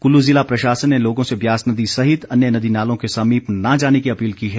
कुल्लू जिला प्रशासन ने लोगों से ब्यास नदी सहित अन्य नदी नालों के समीप न जाने की अपील की है